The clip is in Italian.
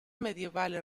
medievale